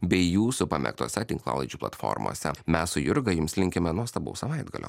bei jūsų pamėgtose tinklalaidžių platformose mes su jurga jums linkime nuostabaus savaitgalio